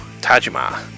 Tajima